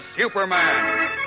Superman